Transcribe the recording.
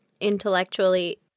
intellectually